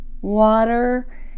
water